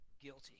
Guilty